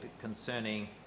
concerning